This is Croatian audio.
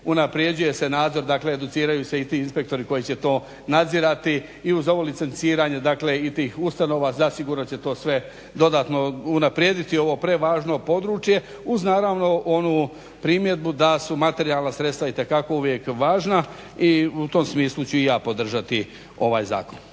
Unapređuje se nadzor dakle educiraju se i ti inspektori koji će to nadzirati i uz ovo licenciranje i tih ustanova zasigurno će to dodatno unaprijediti ovo prevažno područje uz naravno onu primjedbu da su materijalna sredstva itekako uvijek važna i u tom smislu ću i ja podržati ovaj zakon,